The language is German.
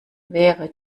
wäre